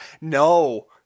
No